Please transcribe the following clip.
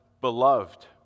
beloved